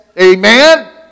amen